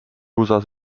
usas